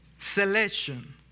Selection